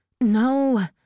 No